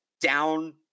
down